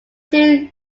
two